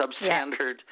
substandard